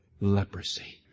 leprosy